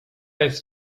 jest